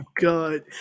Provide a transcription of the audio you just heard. God